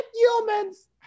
humans